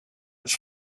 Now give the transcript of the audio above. its